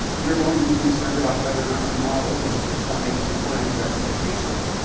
you're going to be concerned about whether or not your model is performing according to expectations.